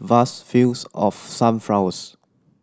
vast fields of sunflowers